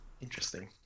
Interesting